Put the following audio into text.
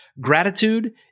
Gratitude